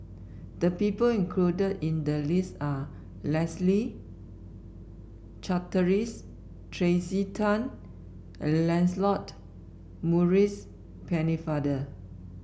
the people included in the list are Leslie Charteris Tracey Tan and Lancelot Maurice Pennefather